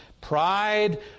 pride